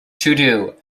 todo